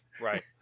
Right